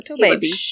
baby